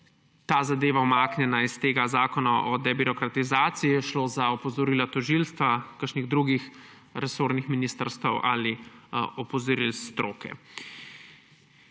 ta zadeva umaknjena iz tega zakona o debirokratizaciji? Je šlo za opozorila tožilstva, kakšnih drugih resornih ministrstev ali opozorila stroke?